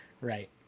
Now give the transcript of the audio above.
Right